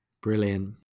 brilliant